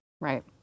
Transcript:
right